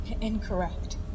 Incorrect